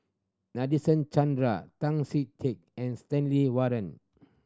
Nadasen Chandra Tan Chee Teck and Stanley Warren